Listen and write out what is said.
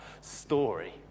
story